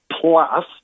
plus